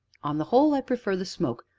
on the whole, i prefer the smoke,